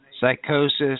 psychosis